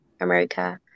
America